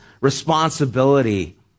responsibility